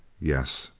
yes.